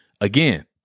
Again